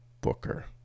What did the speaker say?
Booker